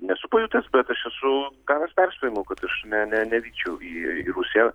nesu pajutęs bet aš esu gavęs perspėjimų kad aš ne ne nevykčiau į į rusiją